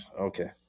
Okay